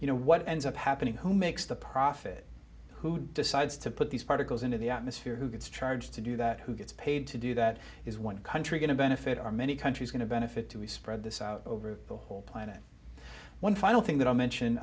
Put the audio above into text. you know what ends up happening who makes the profit who decides to put these particles into the atmosphere who gets charged to do that who gets paid to do that is one country going to benefit are many countries going to benefit to spread this out over the whole planet one final thing that i mention